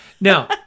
Now